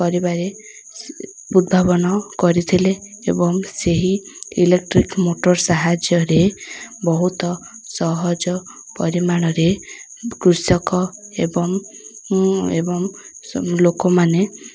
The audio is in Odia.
କରିବାରେ ଉଦ୍ଭାବନ କରିଥିଲେ ଏବଂ ସେହି ଇଲେକ୍ଟ୍ରିକ୍ ମୋଟର୍ ସାହାଯ୍ୟରେ ବହୁତ ସହଜ ପରିମାଣରେ କୃଷକ ଏବଂ ଏବଂ ଲୋକମାନେ